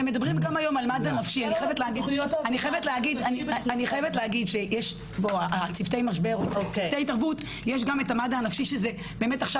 אבל הרעיון בצוותי משבר, וזה לא